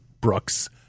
Brooks